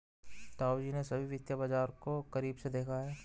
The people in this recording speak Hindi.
ताऊजी ने सभी वित्तीय बाजार को करीब से देखा है